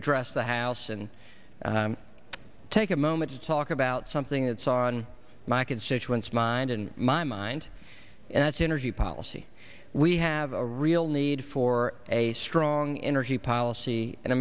address the house and take a moment to talk about something that's on my constituents mind in my mind and it's energy policy we have a real need for a strong energy policy in